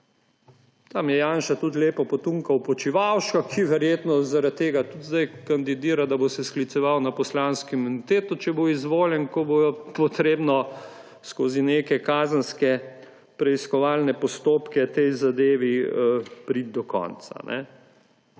Tam je Janša tudi lepo potunkal Počivalška, ki verjetno zaradi tega tudi zdaj kandidira, da se bo skliceval na poslansko imuniteto, če bo izvoljen, ko bo treba skozi neke kazenske preiskovalne postopke tej zadevi priti do konca.